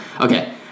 Okay